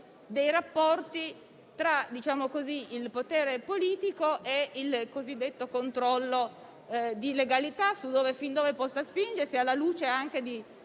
dei rapporti tra il potere politico e il cosiddetto controllo di legalità, fin dove possa spingersi, anche alla luce di